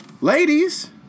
Ladies